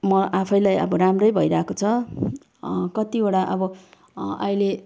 म आफैलाई अब राम्रै भइरहेको छ कतिवडा अब अहिले